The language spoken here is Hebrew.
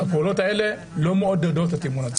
והקולות האלה לא מעודדים את אמון הציבור.